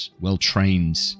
well-trained